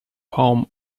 home